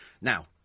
Now